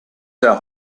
their